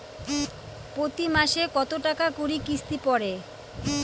প্রতি মাসে কতো টাকা করি কিস্তি পরে?